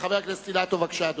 אדוני חבר הכנסת אילטוב, בבקשה.